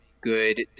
good